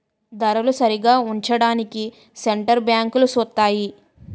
ధరలు సరిగా ఉంచడానికి సెంటర్ బ్యాంకులు సూత్తాయి